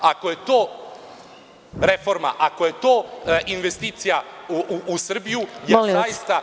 Ako je to reforma, ako je to investicija u Srbija, zaista…